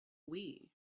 wii